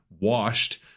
washed